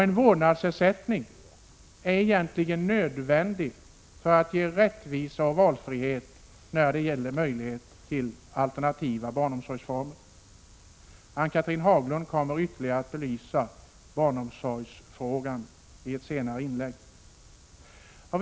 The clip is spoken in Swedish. En vårdnadsersättning är egentligen nödvändig för att ge rättvisa och valfrihet när det gäller möjligheten till alternativa barnomsorgsformer. Ann-Cathrine Haglund kommer ytterligare att belysa barnomsorgsfrågorna i ett senare inlägg.